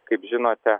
kaip žinote